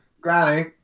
Granny